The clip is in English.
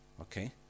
okay